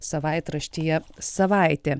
savaitraštyje savaitė